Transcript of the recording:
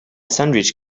sandwich